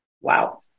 Wow